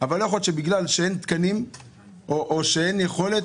ולא יכול להיות שבגלל שאין תקנים או שאין יכולת,